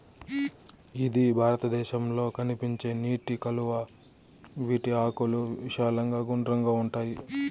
ఇది భారతదేశంలో కనిపించే నీటి కలువ, వీటి ఆకులు విశాలంగా గుండ్రంగా ఉంటాయి